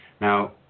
Now